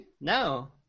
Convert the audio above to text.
No